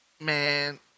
man